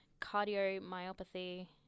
cardiomyopathy